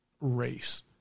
race